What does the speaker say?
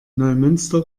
neumünster